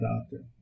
doctor